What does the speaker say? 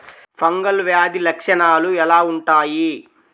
Fungal వ్యాధి లక్షనాలు ఎలా వుంటాయి?